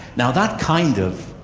now that kind of